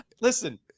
Listen